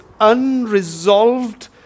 unresolved